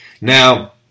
Now